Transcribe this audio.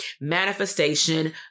manifestation